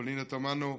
פנינה תמנו,